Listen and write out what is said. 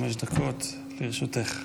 עד חמש דקות לרשותך.